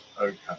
okay